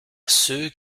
ceux